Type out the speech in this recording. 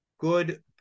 good